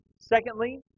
Secondly